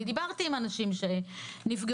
דיברתי עם אנשים שנפגעו.